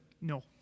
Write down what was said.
no